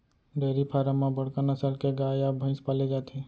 dairy farm म बड़का नसल के गाय या भईंस पाले जाथे